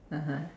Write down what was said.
(uh huh)